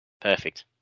Perfect